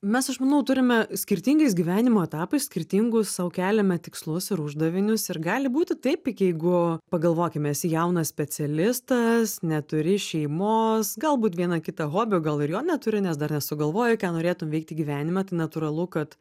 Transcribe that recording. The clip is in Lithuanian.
mes aš manau turime skirtingais gyvenimo etapais skirtingus sau keliame tikslus ir uždavinius ir gali būti taip iki jeigu pagalvokime esi jaunas specialista neturi šeimos galbūt vieną kitą hobį o gal ir jo neturi nes dar nesugalvojai ką norėtum veikti gyvenime tai natūralu kad